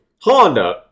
Honda